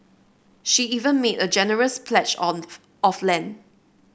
she even made a generous pledge of of land